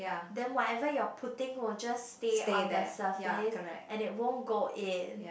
then whatever you're putting will just stay on the surface and it won't go in